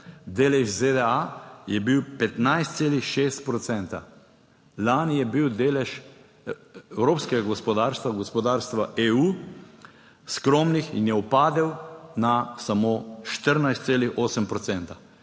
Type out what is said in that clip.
delež ZDA je bil 15,6 %. Lani je bil delež evropskega gospodarstva, gospodarstva EU, skromen in je upadel na samo 14,8 %.